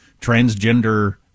transgender